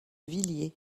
villiers